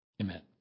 Amen